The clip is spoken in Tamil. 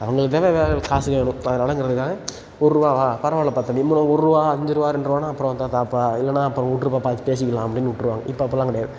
அவங்களுக்கு தேவை வேறு காசு வேணும் இப்போ அதனாலங்கிறதுக்காக ஒர் ருபாவா பரவாயில்லப்பா தம்பி இம்பர ஒரு ருபா அஞ்சு ரூபா ரெண்டு ரூபான்னா அப்புறம் வந்தால் தாப்பா இல்லைனா அப்போ விட்ருப்பா பார்த்துப் பேசிக்கலாம் அப்படின்னு விட்ருவாங்க இப்போ அப்புடில்லாம் கிடையாது